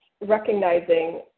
recognizing